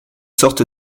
sorte